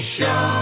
Show